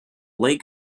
lake